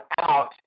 out